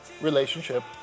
relationship